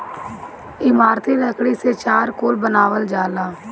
इमारती लकड़ी से चारकोल बनावल जाला